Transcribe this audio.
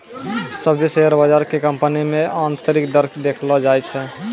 सभ्भे शेयर बजार के कंपनी मे आन्तरिक दर देखैलो जाय छै